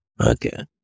Okay